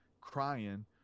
crying